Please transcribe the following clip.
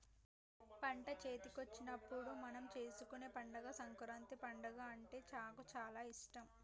పంట చేతికొచ్చినప్పుడు మనం చేసుకునే పండుగ సంకురాత్రి పండుగ అంటే నాకు చాల ఇష్టం